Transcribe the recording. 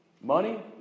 Money